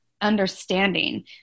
understanding